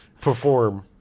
perform